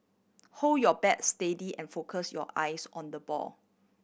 hold your bat steady and focus your eyes on the ball